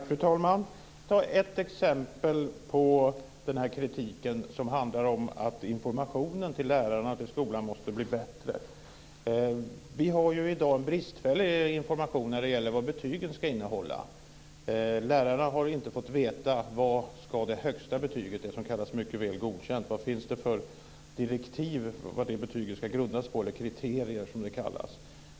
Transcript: Fru talman! Jag vill ta ett exempel på kritiken som handlar om att informationen till lärarna och skolan måste bli bättre. Det är ju i dag en bristfällig information om vad betygen ska innehålla. Lärarna har inte fått veta vad det högsta betyget, det som kallas Mycket väl godkänd, ska grundas på för kriterier.